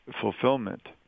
Fulfillment